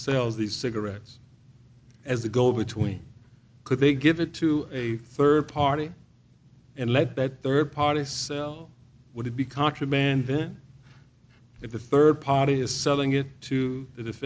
sells these cigarettes as a go between could they give it to a third party and let that third parties sell would it be contraband then if a third party is selling it to